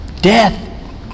Death